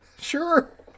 Sure